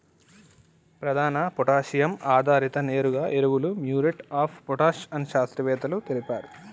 ప్రధాన పొటాషియం ఆధారిత నేరుగా ఎరువులు మ్యూరేట్ ఆఫ్ పొటాష్ అని శాస్త్రవేత్తలు తెలిపారు